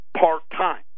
part-time